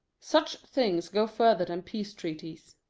such things go further than peace treaties.